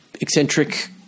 eccentric